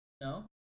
no